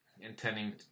intending